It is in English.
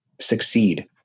succeed